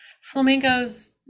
flamingos